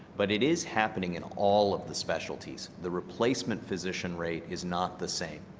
but it is happening at all of the specialties, the replacement physician rate is not the same,